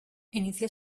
inició